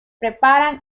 preparan